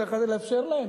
צריך לאפשר להם,